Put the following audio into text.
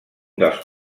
dels